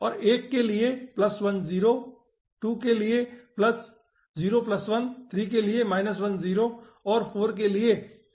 और 1 के लिए यह 1 0 2 के लिए यह 0 1 3 के लिए यह 1 0 है और 4 के लिए 0 1 है